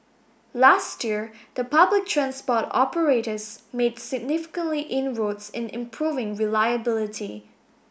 last year the public transport operators made significantly inroads in improving reliability